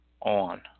on